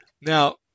now